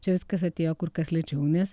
čia viskas atėjo kur kas lėčiau nes